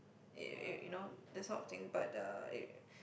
you you you know this sort of thing but uh it